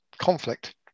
conflict